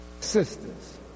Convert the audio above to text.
sisters